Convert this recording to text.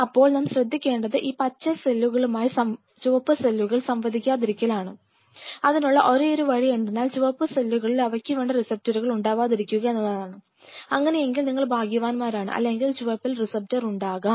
അപ്പോൾ നാം ശ്രദ്ധിക്കേണ്ടത് ഈ പച്ച സെല്ലുകൾക്കായി നമ്മൾ നൽകിയ വളർച്ചാ പദാർഥങ്ങൾ ചുവപ്പ് സെല്ലുകളുമായി സംവദിക്കാതിരിക്കലാണ് അതിനുള്ള ഒരേയൊരു വഴി എന്തെന്നാൽ ചുവപ്പു സെല്ലുകളിൽ അവയ്ക്കു വേണ്ട റിസെപ്റ്ററുകൾ ഉണ്ടാവാതിരിക്കുക എന്നുള്ളതാണ് അങ്ങനെയെങ്കിൽ നിങ്ങൾ ഭാഗ്യവാന്മാരാണ് അല്ലെങ്കിൽ ചുവപ്പിൽ റിസപ്റ്റർ ഉണ്ടാകാം